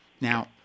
Now